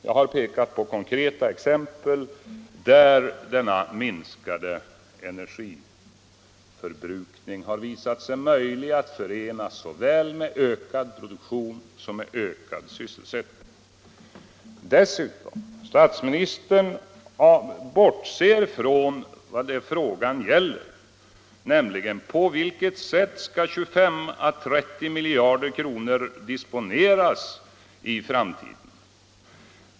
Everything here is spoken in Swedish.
Jag har pekat på konkreta exempel, där denna minskade energiförbrukning har visat sig möjlig att förena såväl med ökad produktion som med ökad sysselsättning. Dessutom bortser statsministern från vad frågan gäller, nämligen på vilket sätt 25 å 30 miljarder kronor skall disponeras i framtiden.